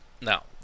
Now